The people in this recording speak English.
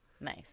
nice